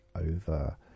over